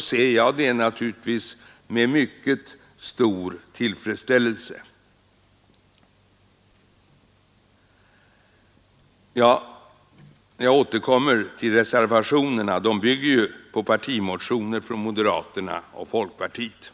ser jag det naturligtvis med mycket stor tillfredsställelse Ö Jag återkommer till reservationerna dessa bygger ju på partimotioner från moderata samlingspartiet och folkpartiet.